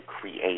create